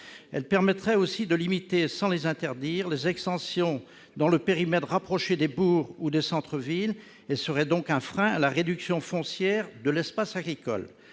Elle permettrait aussi de limiter, sans les interdire, les extensions dans le périmètre rapproché des bourgs ou des centres-villes et serait donc un frein à la réduction foncière de l'espace agricole.